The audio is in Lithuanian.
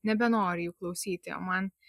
nebenori jų klausyti o man